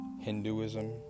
Hinduism